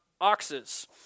oxes